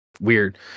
Weird